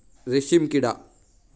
रेशीमकिडा